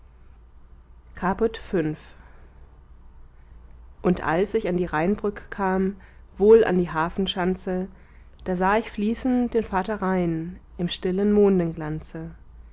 caput v und als ich an die rheinbrück kam wohl an die hafenschanze da sah ich fließen den vater rhein im stillen